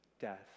death